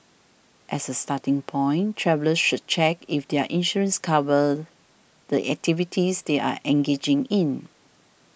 as a starting point travellers should check if their insurance covers the activities they are engaging in